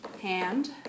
hand